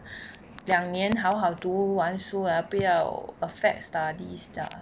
两年好好读完书 ah 不要 affect studies 这样 lah